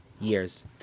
years